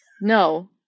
No